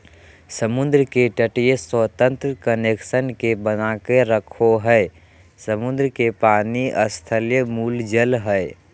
समुद्र के तटीय स्वतंत्र कनेक्शन के बनाके रखो हइ, समुद्र के पानी स्थलीय मूल जल हइ